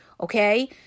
Okay